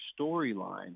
storyline